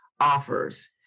offers